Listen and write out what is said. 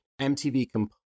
MTV